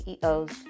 CEOs